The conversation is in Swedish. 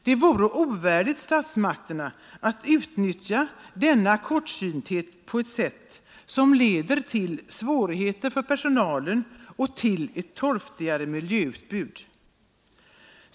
Det vore ovärdigt statsmakterna att utnyttja denna kortsynthet på ett sätt som leder till svårigheter för personalen och ett torftigare kulturutbud.